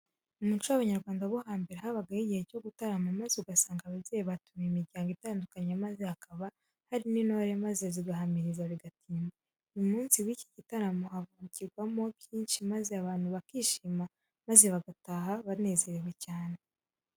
Mu muco w'Abanyarwanda bo hambere habagaho igihe cyo gutarama maze ugasanga ababyeyi batumiye imiryango itandukanye maze hakaba hari n'intore maze zigahamiriza bigatinda. Uyu munsi w'iki gitaramo havugirwagamo byinshi maze abantu bakishima maze bagataha banezerewe cyane.